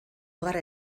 gara